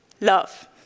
love